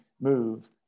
move